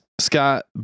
Scott